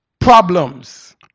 problems